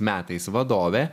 metais vadovė